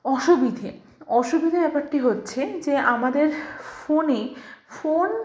অসুবিধে অসুবিধে ব্যাপারটি হচ্ছে যে আমাদের ফোনে ফোন